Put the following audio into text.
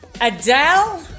Adele